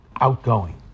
outgoing